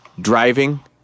driving